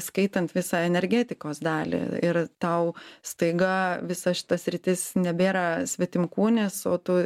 skaitant visą energetikos dalį ir tau staiga visa šita sritis nebėra svetimkūnis o tu